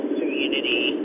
community